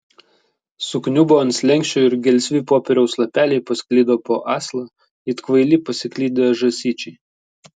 sukniubo ant slenksčio ir gelsvi popieriaus lapeliai pasklido po aslą it kvaili pasiklydę žąsyčiai